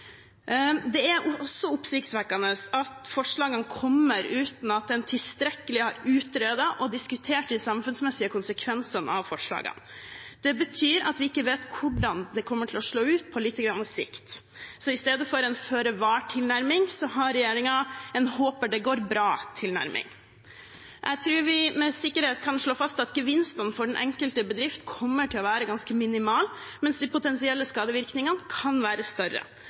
Det er også oppsiktsvekkende at forslagene kommer uten at en tilstrekkelig har utredet og diskutert de samfunnsmessige konsekvensene av forslagene. Det betyr at vi ikke vet hvordan det kommer til å slå ut på sikt. Så istedenfor en føre var-tilnærming har regjeringen en håper det går bra-tilnærming. Jeg tror vi med sikkerhet kan slå fast at gevinsten for den enkelte bedrift kommer til å være ganske minimal, mens de potensielle skadevirkningene kan være større.